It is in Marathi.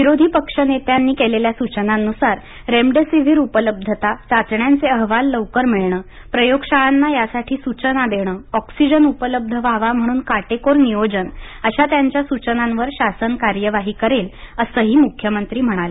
विरोधी पक्षाच्यानेत्यांनी केलेल्या सूचनांनुसार रेमडेसिव्हीर उपलब्धता चाचण्यांचे अहवाल लवकर मिळणं प्रयोगशाळाना यासाठी सूचना देणे ऑक्सिजन उपलब्ध व्हावा म्हणून काटेकोर नियोजन अशा त्यांच्या सूचनांवर शासन कार्यवाही करेल असंही मुख्यमंत्री म्हणाले